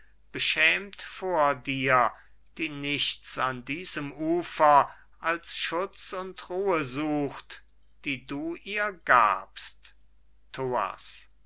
beschämt vor dir die nichts an diesem ufer als schutz und ruhe sucht die du ihr gabst